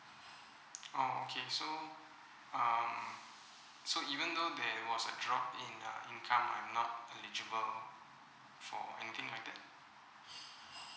oh okay so um so eventhough there was a drop in uh income I'm not eligible for anything like that